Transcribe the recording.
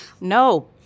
No